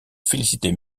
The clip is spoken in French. féliciter